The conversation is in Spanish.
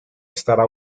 estará